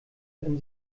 wenn